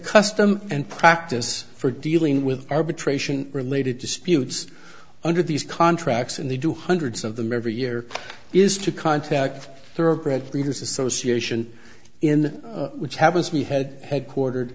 custom and practice for dealing with arbitration related to spew it's under these contracts and they do hundreds of them every year is to contact thoroughbred from his association in which happens we had headquartered